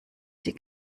sie